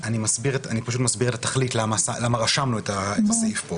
אני מסביר את התכלית למה רשמנו פה את הסעיף.